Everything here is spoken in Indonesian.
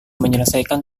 menyelesaikan